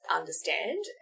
understand